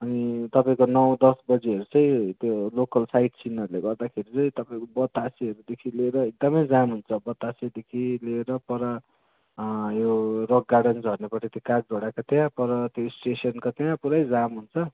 अनि तपाईँको नौ दस बजेहरू चाहिँ त्यो लोकल साइट सिनहरूले गर्दाखेरि चाहिँ तपाईँको बतासेहरूदेखि लिएर एकदमै जाम हुन्छ बतासेदेखि लिएर पर यो रक गाडर्न झर्नेपट्टि कागझोडाको त्यहाँ पर स्टेसनको त्यहाँ पुरै जाम हुन्छ